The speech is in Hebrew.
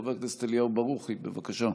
חבר הכנסת אליהו ברוכי, בבקשה.